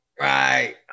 Right